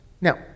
Now